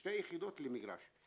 ששתי יחידות למגרש,